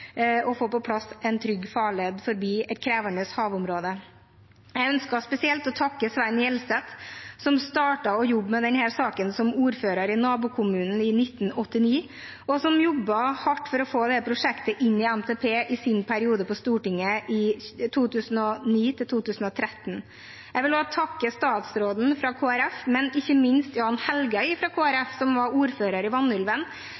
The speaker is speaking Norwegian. få på plass en trygg farled forbi et krevende havområde. Jeg ønsker spesielt å takke Svein Gjelseth, som startet å jobbe med denne saken som ordfører i nabokommunen i 1989, og som jobbet hardt for å få dette prosjektet inn i NTP i sin periode på Stortinget i 2009–2013. Jeg vil også takke statsråden fra Kristelig Folkeparti, men ikke minst Jan Helgøy fra Kristelig Folkeparti, som var ordfører i Vanylven